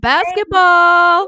Basketball